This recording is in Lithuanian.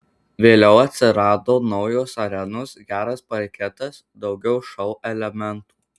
vėliau atsirado naujos arenos geras parketas daugiau šou elementų